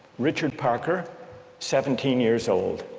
richard parker seventeen years old.